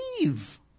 leave